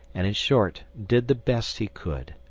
and in short did the best he could.